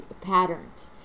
patterns